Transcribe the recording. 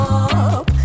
up